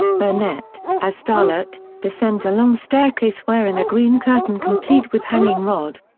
burnett, as starlett, descends a long staircase wearing a green curtain complete with hanging rod.